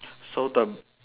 so the